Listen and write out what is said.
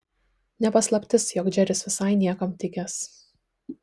ne paslaptis jog džeris visai niekam tikęs